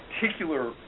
particular